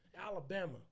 Alabama